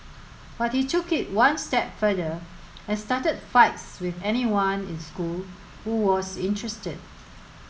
but he took it one step further and started fights with anyone in school who was interested